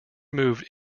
moved